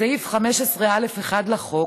בסעיף 15א1 לחוק,